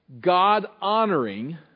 God-honoring